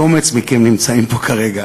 קומץ מכם נמצאים פה כרגע,